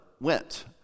went